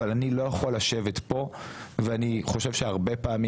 אבל אני לא יכול לשבת פה ואני חושב שהרבה פעמים,